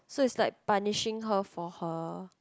so is like punishing her for her